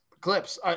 clips